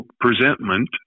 presentment